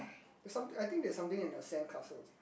there some I think there's something in the sand castle